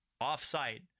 Off-site